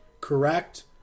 correct